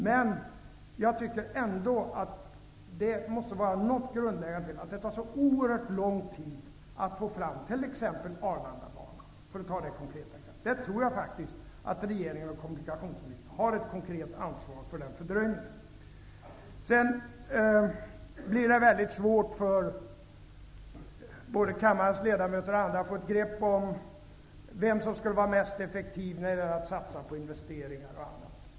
Men jag tror ändå att det måste vara något grundläggande fel när det tar så oerhört lång tid att få fram t.ex. projektet Arlandabanan, för att ta ett konkret exempel. Där tror jag faktiskt att regeringen och kommunikationsministern har ett konkret ansvar för fördröjningen. Det blir väldigt svårt för både kammarens ledamöter och andra att få grepp om vem som är effektivast när det gäller att göra investeringar.